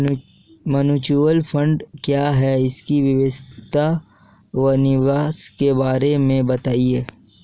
Mutual fund क्या है इसकी विशेषता व निवेश के बारे में बताइये?